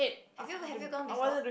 have you have you gone before